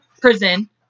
prison